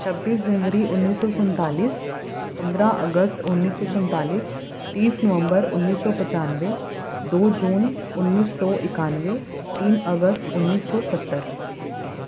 چھبیس جنوری انیس سو سنتالیس پندرہ اگست انیس سو سنتالیس تیس نومبر انیس سو پچانوے دو جون انیس سو اکانوے تیس اگست انیس سو ستر